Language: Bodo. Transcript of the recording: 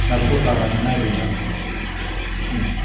दा सरखारानो नायबायनालाय बेखिनियानो आरो